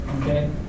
Okay